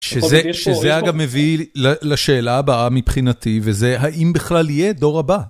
שזה אגב מביא לשאלה הבאה מבחינתי וזה, האם בכלל יהיה דור הבא?